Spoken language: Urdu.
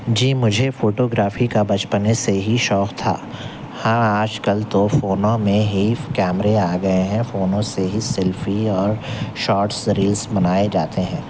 جی مجھے فوٹو گرافی کا بچپنے سے ہی شوق تھا ہاں آج کل تو فونوں میں ہی کیمرے آ گئے ہیں فونوں سے ہی سیلفی اور شارٹس ریلس بنائے جاتے ہیں